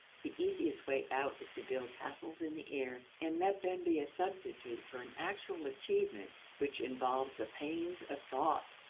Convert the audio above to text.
the easiest way out is to build castles in the air and let them be a substitute for an actual achievement which involves the pains of thought.